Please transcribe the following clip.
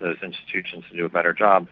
those institutions to do a better job,